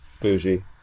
Bougie